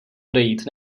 odejít